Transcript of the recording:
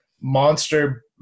monster